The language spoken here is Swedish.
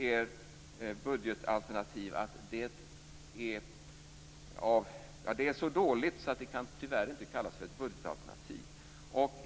Ert budgetalternativ är så dåligt att det tyvärr inte kan kallas för ett budgetalternativ.